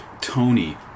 Tony